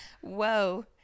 Whoa